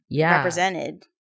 represented